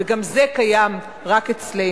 וגם זה קיים רק אצלנו.